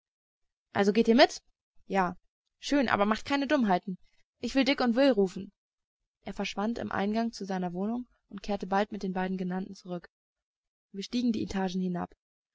also geht ihr mit ja schön aber macht ja keine dummheiten ich will dick und will rufen er verschwand im eingange zu seiner wohnung und kehrte bald mit den beiden genannten zurück wir stiegen die etagen hinab